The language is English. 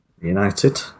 United